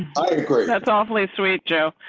i agree. that's awfully sweet. joe.